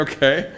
Okay